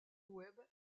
web